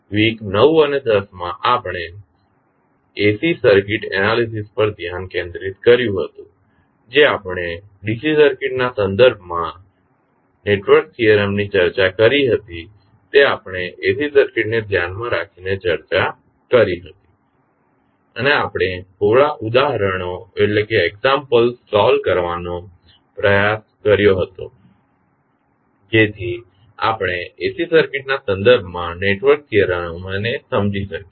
week 9 અને 10 માં આપણે AC સર્કિટ એનાલીસીસ પર ધ્યાન કેન્દ્રિત કર્યું હતું જે આપણે DC સર્કિટના સંદર્ભમાં નેટવર્ક થીયરમ ની ચર્ચા કરી હતી તે આપણે AC સર્કિટને ધ્યાનમાં રાખીને ચર્ચા કરી હતી અને આપણે થોડા ઉદાહરણો હલ કરવાનો પ્રયાસ કર્યો હતો જેથી આપણે AC સર્કિટ્સના સંદર્ભમાં નેટવર્ક થીયરમોને સમજી શકીએ